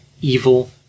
evil